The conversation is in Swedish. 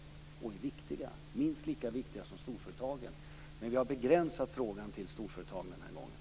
De är viktiga, minst lika viktiga som storföretagen. Men vi har begränsat frågan till storföretagen den här gången.